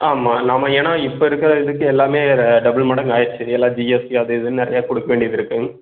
ஆமாம் நாம ஏன்னா இப்போ இருக்கிற இதுக்கு எல்லாமே டபுள் மடங்கு ஆயிடுச்சு எல்லாம் ஜிஎஸ்டி அது இதுன்னு நிறையா கொடுக்க வேண்டியது இருக்கும்